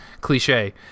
cliche